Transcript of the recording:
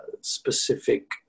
specific